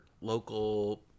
local